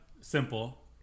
simple